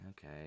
Okay